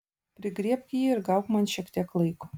prigriebk jį ir gauk man šiek tiek laiko